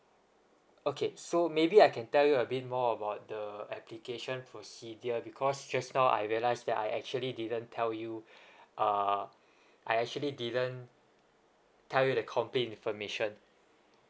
okay so maybe I can tell you a bit more about the application procedure because just now I realise that I actually didn't tell you uh I actually didn't tell you the complete information